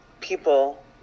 people